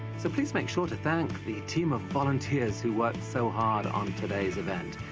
so please make sure to thank the team of volunteers who worked so hard on today's event.